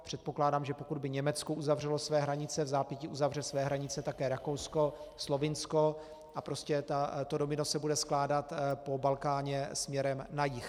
Předpokládám, že pokud by Německo uzavřelo své hranice, vzápětí uzavře své hranice také Rakousko, Slovinsko a prostě to domino se bude skládat po Balkáně směrem na jih.